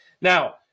now